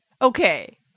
Okay